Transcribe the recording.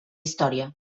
història